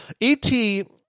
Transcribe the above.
et